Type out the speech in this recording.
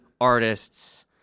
artists